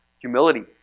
humility